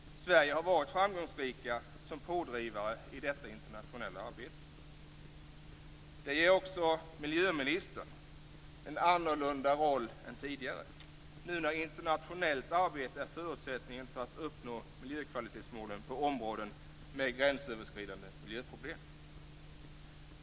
Sverige har varit framgångsrikt som pådrivare i detta internationella arbete. Det ger också miljöministern en annan roll än tidigare, nu när internationellt arbete är förutsättningen för att uppnå miljökvalitetsmålen på områden med gränsöverskridande miljöproblem.